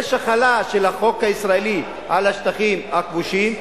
יש החלה של החוק הישראלי על השטחים הכבושים.